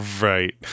right